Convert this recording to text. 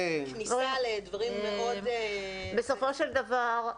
זה כבר דורש כניסה לדברים מאוד --- בסופו של דבר,